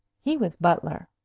he was butler,